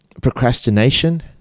procrastination